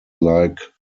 like